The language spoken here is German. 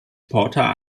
porter